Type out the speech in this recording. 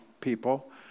people